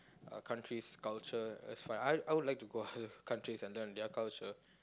a country's culture that's fine I would I would like to go other countries and learn their culture